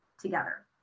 together